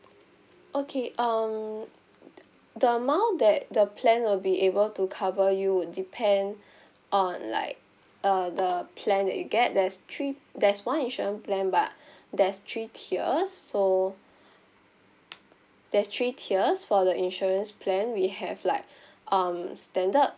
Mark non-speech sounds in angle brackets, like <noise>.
okay um the amount that the plan will be able to cover you would depend <breath> on like uh the plan that you get there's three there's one insurance plan but <breath> there's three tiers so there's three tiers for the insurance plan we have like <breath> um standard